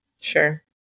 Sure